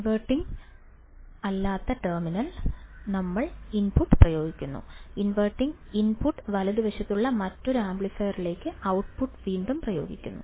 inverting അല്ലാത്ത ടെർമിനലിൽ ഞങ്ങൾ ഇൻപുട്ട് പ്രയോഗിക്കുന്നു ഇൻവെർട്ടിംഗ് ഇൻപുട്ട് വലതുവശത്തുള്ള മറ്റൊരു ആംപ്ലിഫയറിലേക്ക് ഔട്ട്പുട്ട് വീണ്ടും പ്രയോഗിക്കുന്നു